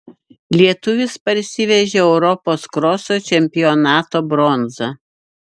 lietuvis parsivežė europos kroso čempionato bronzą